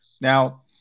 Now